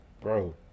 Bro